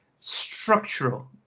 structural